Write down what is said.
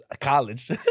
college